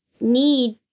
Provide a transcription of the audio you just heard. need